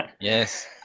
Yes